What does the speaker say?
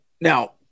now